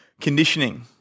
conditioning